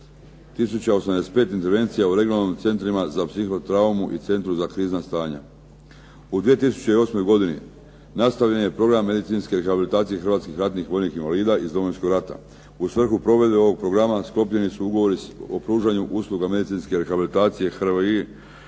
U 2008. godini nastavljen je program medicinske rehabilitacije hrvatskih ratnih vojnih invalida iz Domovinskog rata. U svrhu provedbe ovog programa sklopljeni su ugovori o pružanju usluga medicinske rehabilitacije HRVI iz Domovinskog rata